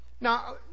Now